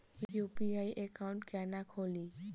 UPI account केना खोलि?